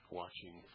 watching